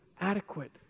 adequate